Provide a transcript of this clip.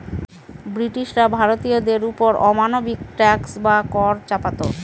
ব্রিটিশরা ভারতীয়দের ওপর অমানবিক ট্যাক্স বা কর চাপাতো